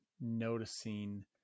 noticing